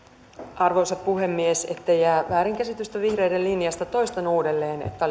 arvoisa puhemies ettei jää väärinkäsitystä vihreiden linjasta toistan uudelleen että